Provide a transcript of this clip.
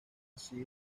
así